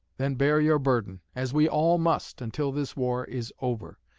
then bear your burden, as we all must, until this war is over.